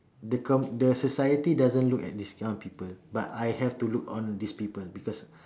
the com~ the society doesn't look at this kind of people but I have to look on these people because